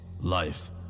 life